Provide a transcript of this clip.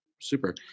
super